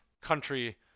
country